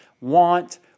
want